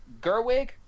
Gerwig